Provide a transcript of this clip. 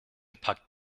packt